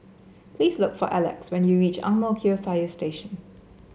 please look for Elex when you reach Ang Mo Kio Fire Station